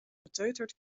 beteuterd